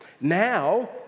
Now